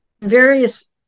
various